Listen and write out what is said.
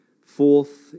Fourth